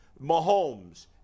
Mahomes